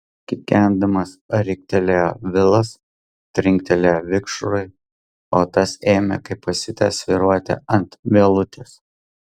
kikendamas riktelėjo vilas trinktelėjo vikšrui o tas ėmė kaip pasiutęs svyruoti ant vielutės